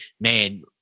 man